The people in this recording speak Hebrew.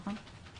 נכון?